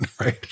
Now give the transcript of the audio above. Right